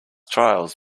trials